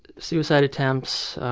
suicide attempts,